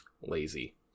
lazy